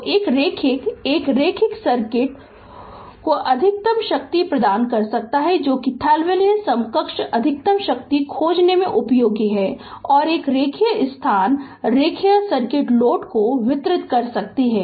तो एक रैखिक एक रैखिक सर्किट एक लोड अधिकतम शक्ति प्रदान कर सकता है जो कि थेवेनिन समकक्ष अधिकतम शक्ति खोजने में उपयोगी है और एक रैखिक स्थान रैखिक सर्किट लोड को वितरित कर सकती है